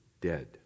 dead